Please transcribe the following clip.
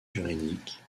juridiques